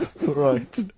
Right